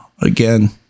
again